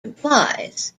implies